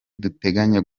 duteganya